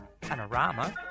panorama